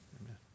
Amen